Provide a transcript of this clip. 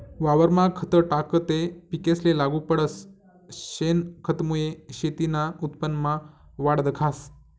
वावरमा खत टाकं ते पिकेसले लागू पडस, शेनखतमुये शेतीना उत्पन्नमा वाढ दखास